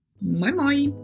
Bye-bye